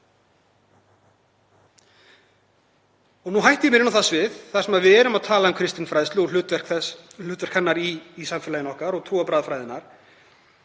Nú hætti ég mér inn á það svið, þar sem við erum að tala um kristinfræðslu og hlutverk hennar í samfélagi okkar og trúarbragðafræði,